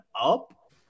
up